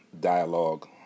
dialogue